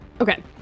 okay